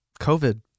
COVID